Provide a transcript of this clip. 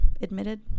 admitted